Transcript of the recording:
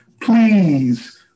Please